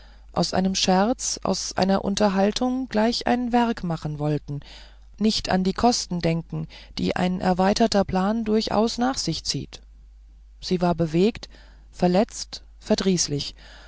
aus einem scherz aus einer unterhaltung gleich ein werk machen wollten nicht an die kosten denken die ein erweiterter plan durchaus nach sich zieht sie war bewegt verletzt